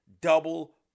double